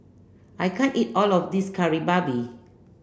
I can't eat all of this Kari Babi